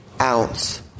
ounce